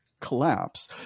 collapse